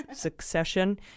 succession